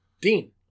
Dean